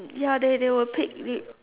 ya they they will pick they